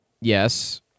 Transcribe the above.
Yes